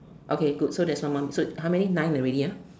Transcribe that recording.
okay good so there's someone so how many nine already ah